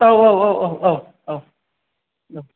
औ औ औ औ औ औ